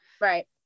Right